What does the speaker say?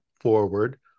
forward